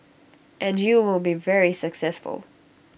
and you will be very successful